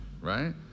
right